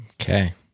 Okay